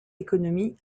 économie